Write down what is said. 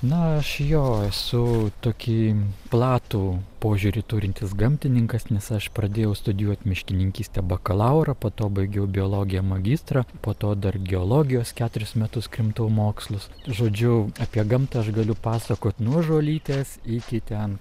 na aš jo esu tokį platų požiūrį turintis gamtininkas nes aš pradėjau studijuot miškininkystę bakalaurą po to baigiau biologiją magistrą po to dar geologijos keturis metus krimtau mokslus žodžiu apie gamtą aš galiu pasakot nuo žolytės iki ten